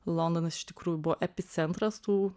londonas iš tikrųjų buvo epicentras tų